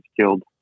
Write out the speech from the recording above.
killed